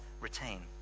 retain